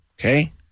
Okay